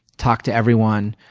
talked to everyone.